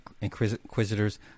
Inquisitors